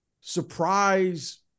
surprise